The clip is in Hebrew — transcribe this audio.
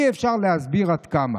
אי-אפשר להסביר עד כמה'."